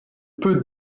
peu